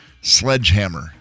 Sledgehammer